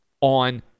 on